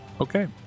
Okay